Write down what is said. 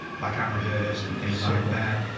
like unrehearsed and things like that.